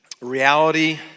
reality